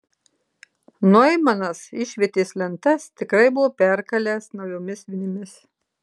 noimanas išvietės lentas tikrai buvo perkalęs naujomis vinimis